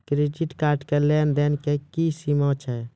Credit card के लेन देन के की सीमा छै?